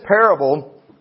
parable